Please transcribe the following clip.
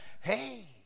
Hey